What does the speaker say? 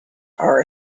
are